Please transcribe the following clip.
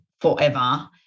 forever